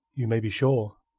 you may be sure.